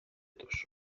τους